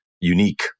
unique